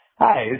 Hi